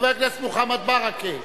חבר הכנסת מוחמד ברכה,